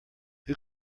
who